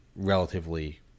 relatively